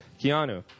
Keanu